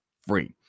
free